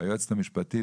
היועצת המשפטית,